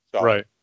Right